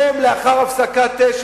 יום לאחר הפסקת האש,